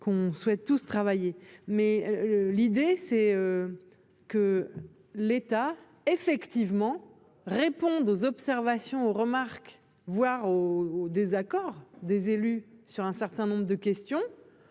qu'on soit tous travailler mais l'idée c'est. Que l'État effectivement répondre aux observations remarque voire au au désaccord des élus sur un certain nombre de questions,